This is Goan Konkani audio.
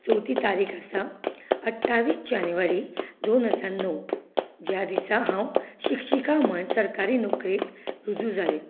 चवथी तारीख आसा अठ्ठावीस जानेवारी दोन हजार णव ज्या दिसा हांव शिक्षिका म्हूण सरकारी नोकरेक रुजू जालें